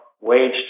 wage